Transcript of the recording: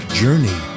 journey